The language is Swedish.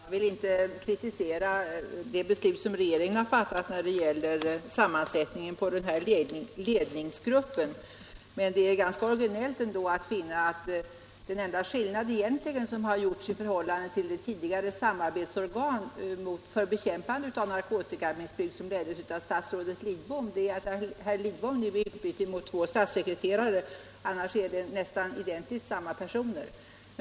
Herr talman! Jag vill inte kritisera det beslut som regeringen har fattat när det gäller sammansättningen av ledningsgruppen. Men det är ändå ganska egendomligt att nästan den enda skillnaden i förhållande till det samarbetsorgan för bekämpande av narkotikamissbruk som leddes av statsrådet Lidbom är att herr Lidbom nu är utbytt mot två statssekreterare; annars är det nästan samma personer.